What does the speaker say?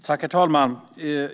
Herr talman!